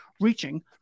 reaching